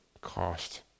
cost